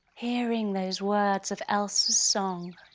hearing those words of elsa's song,